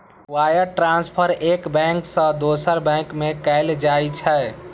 wire transfer एक bank सं दोसर बैंक में कैल जाइ छै